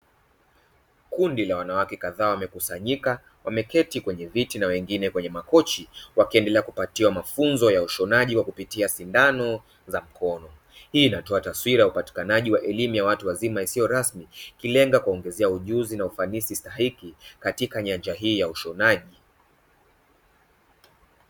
Kundi la wanawake kadhaa wamekusanyika wameketi kwenye viti na wengine kwenye makochi, wakiendelea kupatiwa mafunzo ya ushonaji kupitia sindano za mkono. Hii inatoa taswira ya upatikanaji wa elimu ya watu wazima na isiyo rasmi, ikilenga kuwaongezea ujuzi na ufanisi stahiki katika nyanja hii ya ushonaji.